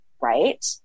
right